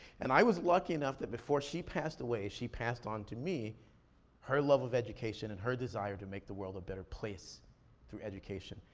and i was lucky enough that before she passed away, she passed on to me her love of education and her desire to make the world a better place through education,